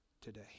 today